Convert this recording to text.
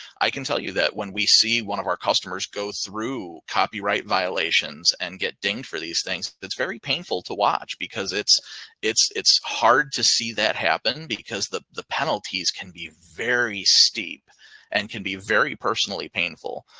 i can tell you that when we see one of our customers go through copyright violations and get dinged for these things, that's very painful to watch because it's it's hard to see that happen because the the penalties can be very steep and can be very personally painful.